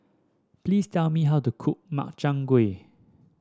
please tell me how to cook Makchang Gui